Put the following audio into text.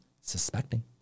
suspecting